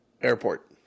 Airport